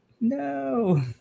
No